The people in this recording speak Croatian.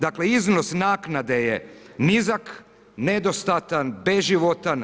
Dakle, iznos naknade je nizak, nedostatan, beživotan.